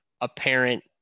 apparent